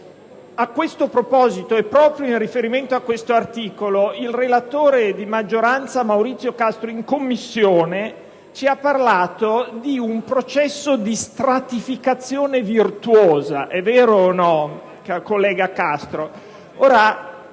A questo proposito, e proprio in riferimento a questo articolo, il relatore di maggioranza Maurizio Castro, in Commissione ci ha parlato di un processo di "stratificazione normativa virtuosa", vero collega Castro?